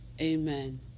amen